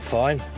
fine